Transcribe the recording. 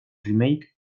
remake